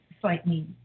slightly